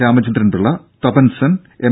Ramachandran Pillai Tapan Sen M